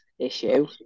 issue